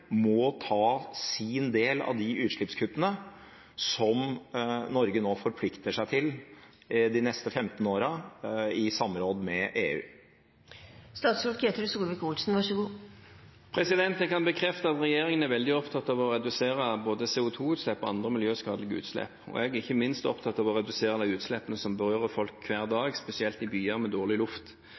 må ta sin del av de utslippskuttene som Norge nå forplikter seg til de neste 15 årene i samråd med EU? Jeg kan bekrefte at regjeringen er veldig opptatt av å redusere både CO2-utslipp og andre miljøskadelige utslipp. Jeg er ikke minst opptatt av å redusere de utslippene som berører folk hver dag, spesielt i byer med dårlig luft.